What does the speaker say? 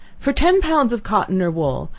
for ten pounds of cotton or wool,